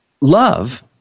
love